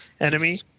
enemy